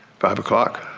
five o'clock.